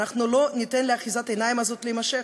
אנחנו לא ניתן לאחיזת העיניים הזאת להימשך.